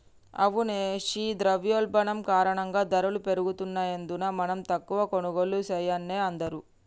అవునే ఘీ ద్రవయోల్బణం కారణంగా ధరలు పెరుగుతున్నందున మనం తక్కువ కొనుగోళ్లు సెయాన్నే అందరూ